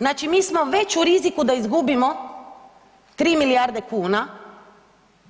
Znači mi smo već u riziku da izgubilo 3 milijarde kuna